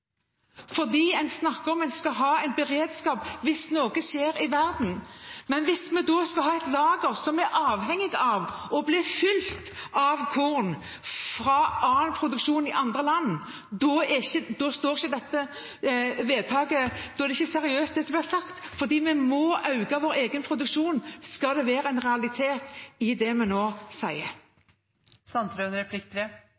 En snakker om at en skal ha en beredskap hvis noe skjer i verden, men hvis vi da skal ha et lager som vi er avhengig av blir fylt opp av korn fra produksjon i andre land, er ikke det som ble sagt, seriøst. Vi må øke vår egen produksjon dersom det skal være en realitet i det vi nå